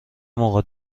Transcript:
موقع